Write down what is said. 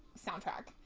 soundtrack